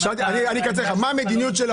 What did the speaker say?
אני גם יודע שאתם